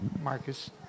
Marcus